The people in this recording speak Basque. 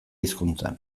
hizkuntzan